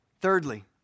Thirdly